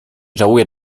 żałuję